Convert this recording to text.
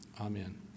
amen